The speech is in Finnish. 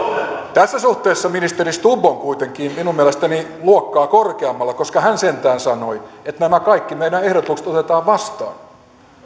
tässä suhteessa ministeri stubb on kuitenkin minun mielestäni luokkaa korkeammalla koska hän sentään sanoi että nämä kaikki meidän ehdotukset otetaan vastaan